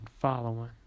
following